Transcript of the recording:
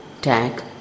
tag